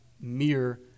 mere